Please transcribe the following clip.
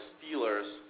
Steelers